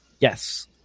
Yes